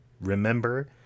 remember